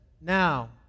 Now